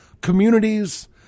communities